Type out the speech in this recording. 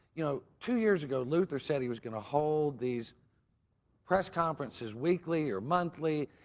you know, two years ago luther said he was going to hold these press conferences weekly or monthly.